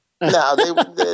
No